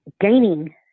gaining